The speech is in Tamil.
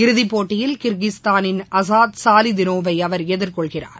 இறதிப்போட்டியில் கிர்கிஸ்தானின் அசாத் சாலிதினோவைஅவர் எதிர்கொள்கிறார்